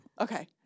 Okay